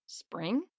Spring